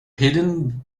hidden